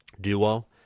duo